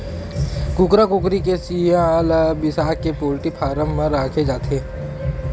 कुकरा कुकरी के चिंया ल बिसाके पोल्टी फारम म राखे जाथे